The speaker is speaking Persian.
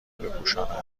بپوشانند